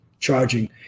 charging